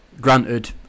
Granted